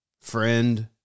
friend